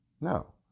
No